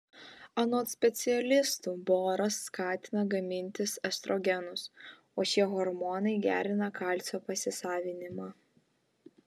anot specialistų boras skatina gamintis estrogenus o šie hormonai gerina kalcio pasisavinimą